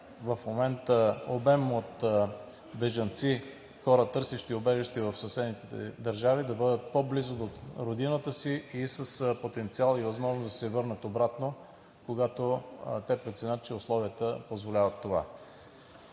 в момента в този обем бежанци – хора, търсещи убежище в съседните държави, да бъдат по-близо до родината си и с потенциал и възможност да се върнат обратно, когато те преценят, че условията позволяват това.